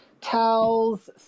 towels